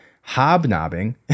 hobnobbing